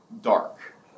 dark